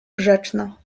grzeczna